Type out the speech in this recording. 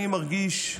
אני מרגיש,